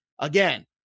Again